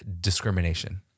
discrimination